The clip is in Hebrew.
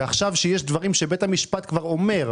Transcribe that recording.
ועכשיו כשיש דברים שבית המשפט כבר אומר,